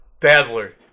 Dazzler